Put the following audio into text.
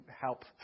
help